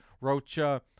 Rocha